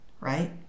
right